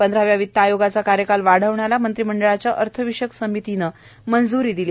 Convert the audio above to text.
पंधराव्या वित्त आयोगाचा कार्यकाल वाढवण्याला मंत्रिमंडळाच्या अर्थविषयक समितीनं मंजूरी दिली